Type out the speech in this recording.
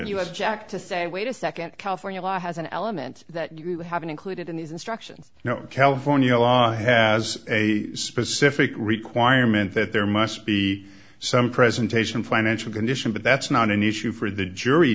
s jack to say wait a second california law has an element that you haven't included in these instructions you know california law has a specific requirement that there must be some presentation financial condition but that's not an issue for the jury